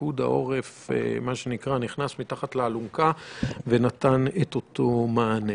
פיקוד העורף נכנס מתחת לאלונקה ונתן את אותו מענה,